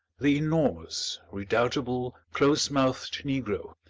the enormous, redoubtable, close-mouthed negro,